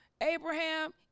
Abraham